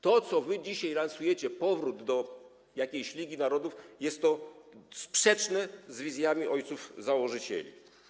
To, co wy dzisiaj lansujecie, powrót do jakiejś Ligi Narodów, jest sprzeczne z wizją ojców założycieli.